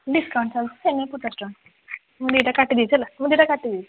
discount price ସେ ପଚାଶଟଙ୍କା ମୁଁ ଏଇଟା କାଟି ଦେଇଛି ହେଲା ମୁଁ ସେଇଟା କାଟିଦେଇଛି